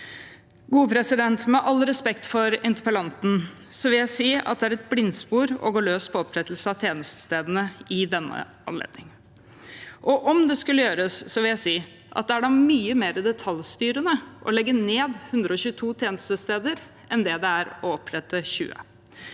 bli bedre. Med all respekt for interpellanten vil jeg si at det er et blindspor å gå løs på opprettelse av tjenestestedene i denne anledning. Om det skulle gjøres, vil jeg si: Det er da mye mer detaljstyrende å legge ned 122 tjenestesteder enn det er å opprette 20.